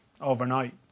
overnight